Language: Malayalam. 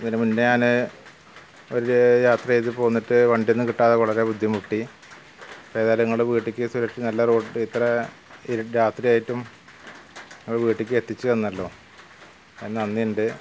ഇതിന് മുന്നെ ഞാൻ ഒരു യാത്ര ചെയ്തു പോന്നിട്ട് വണ്ടിയൊന്നും കിട്ടാതെ വളരെ ബുദ്ധിമുട്ടി ഏതായാലും നിങ്ങളുടെ വീട്ടിലേക്ക് നല്ല റോഡ് ഇത്ര രാത്രി ആയിട്ടും നിങ്ങൾ വീട്ടിലേക്കെത്തിച്ച് തന്നല്ലൊ അതിന് നന്ദിയുണ്ട്